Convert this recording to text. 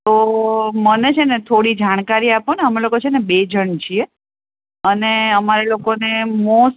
તો મને છે ને થોડી જાણકારી આપો ને અમે લોકો બે જણ છીએ અને અમારે લોકોને મોસ્ટ